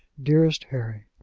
dearest harry!